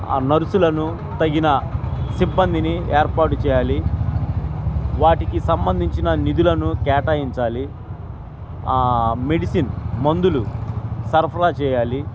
ఆ నరుసులను తగిన సిబ్బందిని ఏర్పాటు చేయాలి వాటికి సంబంధించిన నిధులను కేటాయించాలి మెడిసిన్ మందులు సరఫల చేయాలి